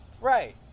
Right